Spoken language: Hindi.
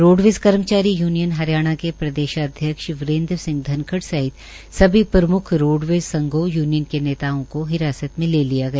रोडवेज कर्मचारी यूनियन हरियाणा के प्रदेशाध्यक्ष वीरेंद्र सिंह धनखड़ सहित समेत सभी प्रम्ख रोडवेज संघों य्नियन के नेताओं को हिरासत में ले लिया गया